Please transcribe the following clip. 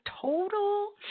total